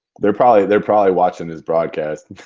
they're probably they're probably watching this broadcast. and